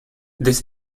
this